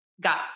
got